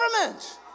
government